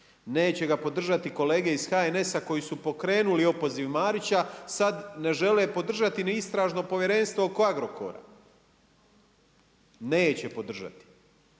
Neće ga podržati kolege iz HNS-a koji su pokrenuli opoziv Marića. Sad ne žele podržati ni istražno povjerenstvo oko Agrokora. Neće podržati.